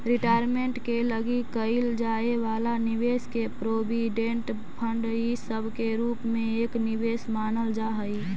retirement के लगी कईल जाए वाला निवेश के प्रोविडेंट फंड इ सब के रूप में एक निवेश मानल जा हई